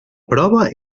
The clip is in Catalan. prova